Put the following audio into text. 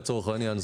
לצורך העניין,